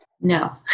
No